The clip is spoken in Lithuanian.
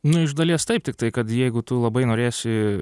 nu iš dalies taip tiktai kad jeigu tu labai norėsi